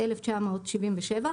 1977,